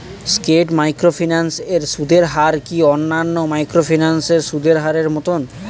স্কেট microfinance এর সুদের হার কি অন্যান্য মাইক্রোফিন্যান্স এর সুদের হারের মতন?